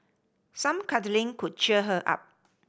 some cuddling could cheer her up